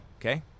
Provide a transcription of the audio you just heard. Okay